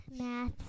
Math